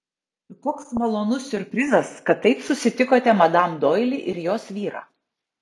koks malonus siurprizas kad taip susitikote madam doili ir jos vyrą